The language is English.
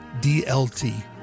DLT